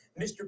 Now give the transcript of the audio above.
Mr